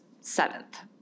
seventh